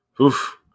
Oof